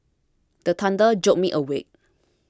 the thunder jolt me awake